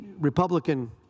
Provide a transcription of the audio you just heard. Republican